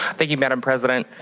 thank you, madam president.